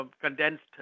condensed